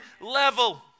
level